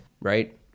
Right